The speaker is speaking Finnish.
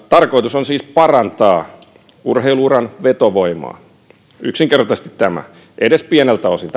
tarkoitus on siis parantaa urheilu uran vetovoimaa yksinkertaisesti tämä edes pieneltä osin